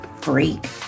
Freak